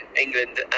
England